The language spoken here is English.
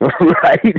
Right